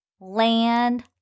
land